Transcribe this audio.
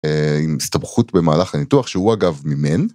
עם סתמכות במהלך הניתוח שהוא אגב מימן.